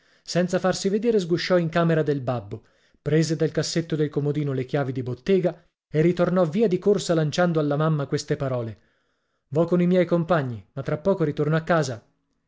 senza farsi vedere sgusciò in camera del babbo prese dal cassetto del comodino le chiavi di bottega e ritornò via di corsa lanciando alla mamma queste parole vo con i miei compagni ma tra poco ritorno a casa